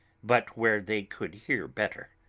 but where they could hear better.